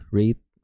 rate